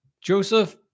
joseph